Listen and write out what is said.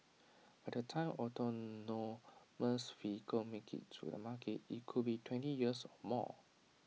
by the time autonomous vehicles make IT to the market IT could be twenty years or more